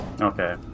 okay